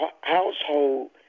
household